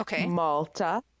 Malta